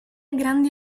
grandi